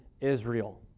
Israel